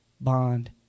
bond